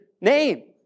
name